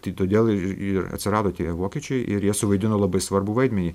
tai todėl ir atsirado tie vokiečiai ir jie suvaidino labai svarbų vaidmenį